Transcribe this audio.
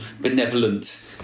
benevolent